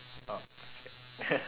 orh it's